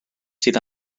sydd